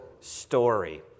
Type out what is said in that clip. Story